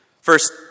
First